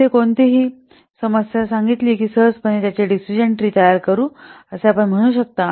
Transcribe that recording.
येथे कोणतीही समस्या सांगितली कि सहजपणे त्याचे डिसिजन ट्री तयार करू असे आपण म्हणू शकता